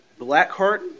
Blackheart